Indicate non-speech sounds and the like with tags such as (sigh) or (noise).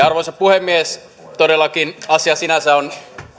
(unintelligible) arvoisa puhemies todellakin asia sinänsä on